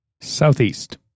Southeast